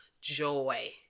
joy